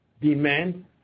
demand